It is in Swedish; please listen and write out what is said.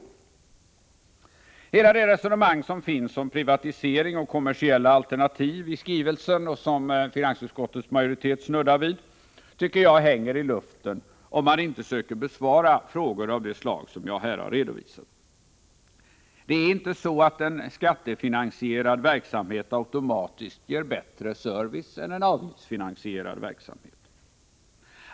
Hela det resonemang som finns om privatisering och kommersiella alternativ i skrivelsen och som finansutskottets majoritet snuddar vid hänger iluften, tycker jag, om man inte söker besvara frågor av det slag som jag här har redovisat. Det är inte så att en skattefinansierad verksamhet automatiskt ger bättre service än en avgiftsfinansierad verksamhet.